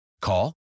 Call